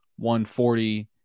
140